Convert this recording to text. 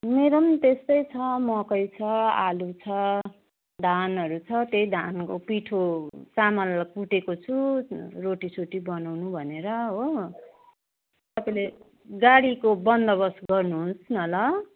मेरो पनि त्यस्तै छ मकै छ आलु छ धानहरू छ त्यही धानको पिठो चामल कुटेको छु रोटीसोटी बनाउनु भनेर हो तपाईँले गाडीको बन्दोबस्त गर्नुहोस् न ल